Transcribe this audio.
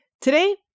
Today